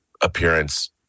appearance